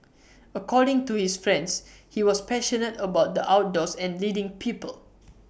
according to his friends he was passionate about the outdoors and leading people